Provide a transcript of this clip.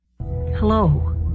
Hello